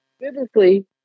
biblically